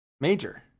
major